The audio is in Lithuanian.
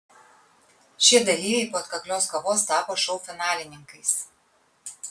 šie dalyviai po atkaklios kovos tapo šou finalininkais